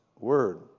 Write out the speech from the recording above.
word